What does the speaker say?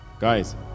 guys